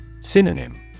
Synonym